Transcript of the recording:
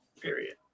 Period